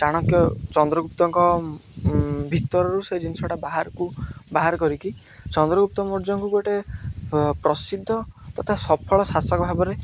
ଚାଣକ୍ୟ ଚନ୍ଦ୍ରଗୁପ୍ତଙ୍କ ଭିତରରୁ ସେ ଜିନିଷଟା ବାହାରକୁ ବାହାର କରିକି ଚନ୍ଦ୍ରଗୁପ୍ତ ମୌର୍ଯ୍ୟଙ୍କୁ ଗୋଟେ ପ୍ରସିଦ୍ଧ ତଥା ସଫଳ ଶାସକ ଭାବରେ